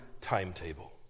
timetable